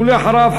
ואחריו,